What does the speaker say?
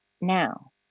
now